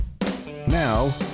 now